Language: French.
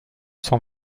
cent